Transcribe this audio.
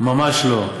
ממש לא.